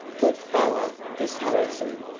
good fellow, this harrison.